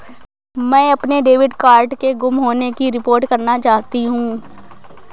मैं अपने debit card के गुम होने की रिपोर्ट करना चाहती हूँ